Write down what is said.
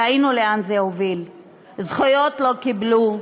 ראינו לאן זה הוביל: זכויות לא קיבלו,